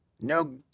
no